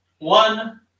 one